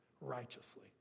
righteously